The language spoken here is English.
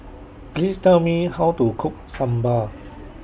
Please Tell Me How to Cook Sambar